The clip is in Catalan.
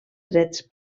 drets